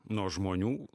nuo žmonių